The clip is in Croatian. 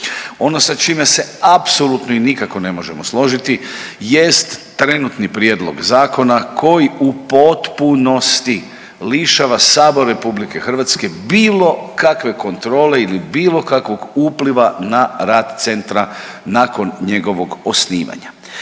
Ono sa čime se apsolutno i nikako ne možemo složiti jest trenutni prijedlog zakona koji u potpunosti lišava sabor RH bilo kakve kontrole ili bilo kakvog upliva na rad centra nakon njegovog osnivanja.